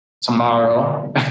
tomorrow